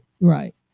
Right